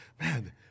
man